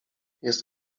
jest